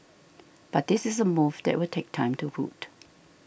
but this is a move that will take time to root